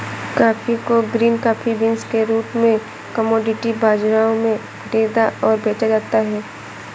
coffee को green coffee beans के रूप में कॉमोडिटी बाजारों में खरीदा और बेचा जाता है